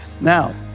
Now